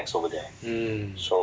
mm